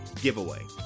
giveaway